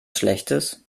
schlechtes